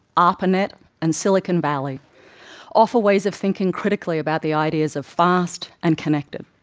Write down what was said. arpanet and silicon valley offer ways of thinking critically about the ideas of fast and connected,